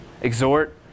exhort